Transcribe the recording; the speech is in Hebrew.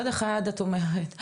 מצד אחד את אומרת,